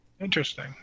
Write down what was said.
Interesting